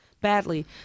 badly